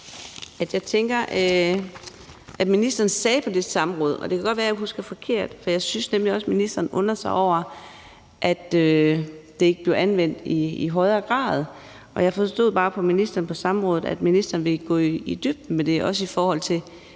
jeg tror, ministeren sagde på det samråd, og det kan godt være, at jeg husker forkert – for jeg mener nemlig også, at ministeren undrede sig over, at det ikke blev anvendt i højere grad – at han vil gå i dybden med det, også i forhold til